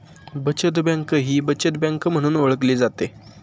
बचत बँक ही बचत बँक म्हणून ओळखली जाते